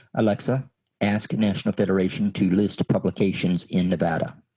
alexa ask national federation to list publications in nevada.